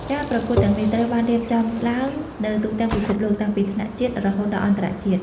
ការប្រកួតទាំងនេះត្រូវបានរៀបចំឡើងនៅទូទាំងពិភពលោក តាំងពីថ្នាក់ជាតិរហូតដល់អន្តរជាតិ។